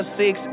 six